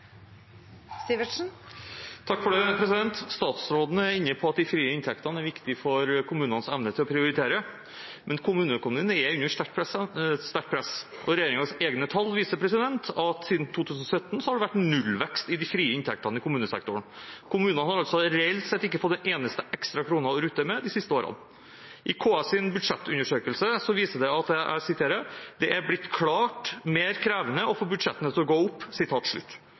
Statsråden er inne på at de frie inntektene er viktige for kommunenes evne til å prioritere. Men kommuneøkonomien er under sterkt press, og regjeringens egne tall viser at siden 2017 har det vært nullvekst i de frie inntektene i kommunesektoren. Kommunene har altså reelt sett ikke fått en eneste ekstra krone å rutte med de siste årene. I forbindelse med KS’ budsjettundersøkelse sies det: «Det er blitt klart mer krevende å få budsjettene til å gå opp.»